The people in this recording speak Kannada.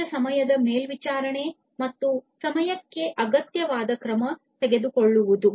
ನೈಜ ಸಮಯದ ಮೇಲ್ವಿಚಾರಣೆ ಮತ್ತು ಸಮಯಕ್ಕೆ ಅಗತ್ಯವಾದ ಕ್ರಮ ತೆಗೆದುಕೊಳ್ಳುವುದು